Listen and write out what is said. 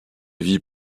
vie